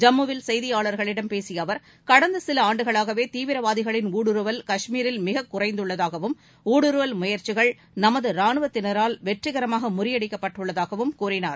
ஜம்முவில் செய்தியாளர்களிடம் பேசிய அவர் கடந்த சில ஆண்டுகளாகவே தீவிரவாதிகளின் ஊடுருவல் காஷ்மீரில் மிகக் குறைந்துள்ளதாகவும் ஊடுருவல்மயற்சிகள் நமது ராணுவத்தினரால் வெற்றிகரமாக முறியடிக்கப்பட்டுள்ளதாகவும் கூறினார்